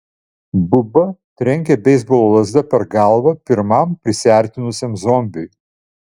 buba trenkė beisbolo lazda per galvą pirmam prisiartinusiam zombiui